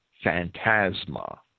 phantasma